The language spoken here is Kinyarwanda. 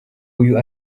uyu